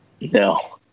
No